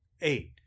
eight